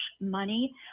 money